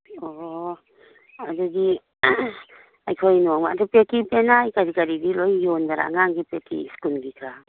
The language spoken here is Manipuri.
ꯑꯣ ꯑꯗꯒꯤ ꯑꯩꯈꯣꯏ ꯅꯣꯡꯃ ꯑꯗꯨ ꯄꯦꯇꯤ ꯄꯦꯅꯥꯏ ꯀꯔꯤ ꯀꯔꯤꯗꯤ ꯂꯣꯏꯅ ꯌꯥꯎꯕ꯭ꯔ ꯑꯉꯥꯡꯒꯤ ꯄꯦꯇꯤ ꯁ꯭ꯀꯨꯜꯒꯤꯀ